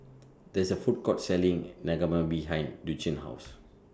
There IS A Food Court Selling Naengmyeon behind Lucian's House